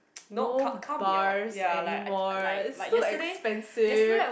no bars anymore it's so expensive